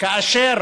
כאשר